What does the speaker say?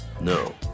No